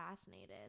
fascinated